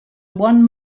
one